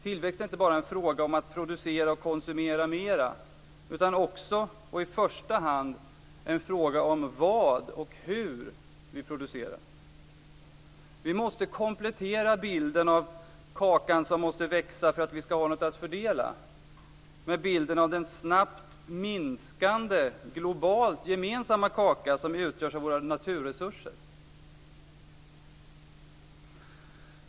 Tillväxt är inte bara en fråga om att producera och konsumera mera, utan också, och då i första hand, en fråga om vad och hur vi producerar. Vi måste komplettera bilden av "kakan som måste växa för att vi skall ha något att fördela" med bilden av den snabbt minskande globalt gemensamma kaka som utgörs av våra naturresurser.